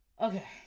Okay